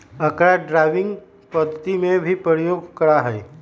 अकरा ड्राइविंग पद्धति में भी प्रयोग करा हई